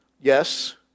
Yes